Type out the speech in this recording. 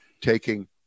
taking